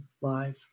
live